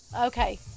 Okay